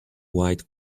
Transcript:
white